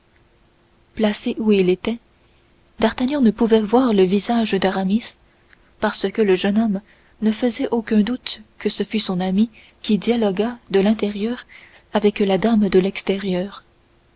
placé où il était d'artagnan ne pouvait voir le visage d'aramis nous disons d'aramis parce que le jeune homme ne faisait aucun doute que ce fût son ami qui dialoguât de l'intérieur avec la dame de l'extérieur